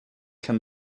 can